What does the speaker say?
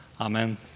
Amen